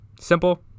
simple